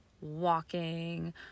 walking